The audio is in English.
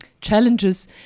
challenges